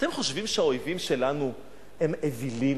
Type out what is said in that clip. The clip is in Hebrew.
אתם חושבים שהאויבים שלנו הם אווילים?